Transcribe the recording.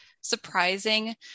surprising